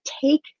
take